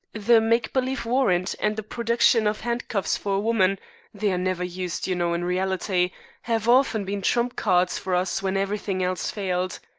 the make-believe warrant and the production of handcuffs for a woman they are never used, you know, in reality have often been trump-cards for us when everything else failed.